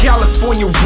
California